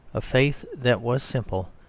a faith that was simple,